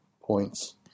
points